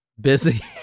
Busy